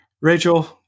Rachel